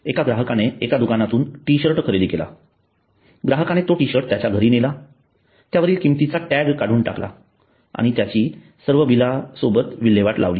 एका ग्राहकाने एका दुकानातून टी शर्ट खरेदी केला ग्राहकाने तो टिशर्ट त्याच्या घरी नेला त्यावरील किमतीचा टॅग काढून टाकला आणि त्याची सर्व बिलांसोबत विल्हेवाट लावली